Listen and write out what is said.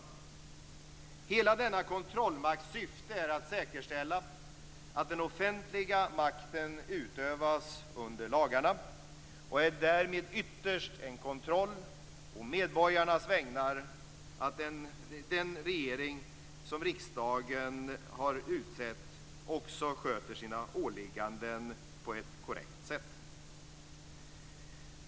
Hela denna kontrollmakts syfte är att säkerställa att den offentliga makten utövas under lagarna och är därmed ytterst en kontroll å medborgarnas vägnar av att den regering som riksdagen har utsett också sköter sina åligganden på ett korrekt sätt.